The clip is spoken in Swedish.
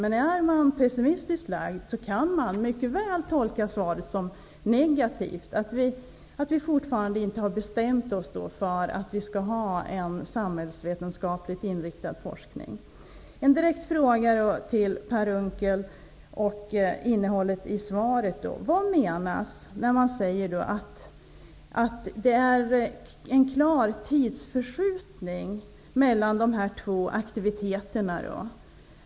Men om man är pessimistiskt lagd kan man mycket väl tolka svaret som negativt, att vi fortfarande inte har bestämt oss för att vi skall ha en samhällsvetenskapligt inriktad forskning. Jag skall ställa en direkt fråga till Per Unckel med anledning av svaret. Vad menas med att det är en klar tidsförskjutning mellan dessa två aktiviteter?